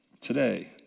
Today